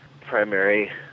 primary